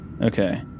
Okay